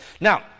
Now